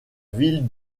ville